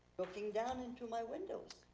looking down into my windows.